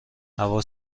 هوا